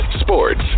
sports